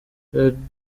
riderman